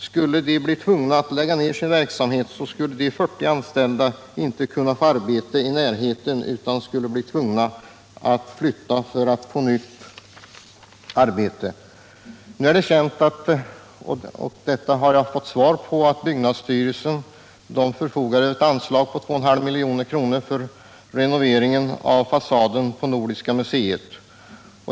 Skulle de bli tvungna att lägga ned sin verksamhet skulle de 40 anställda inte kunna få arbete i närheten utan tvingas flytta för att få nytt arbete. Det är känt — det framgår också av svaret — att byggnadsstyrelsen förfogar över ett anslag på 2,5 milj.kr. för renovering av fasaden på Nordiska museet.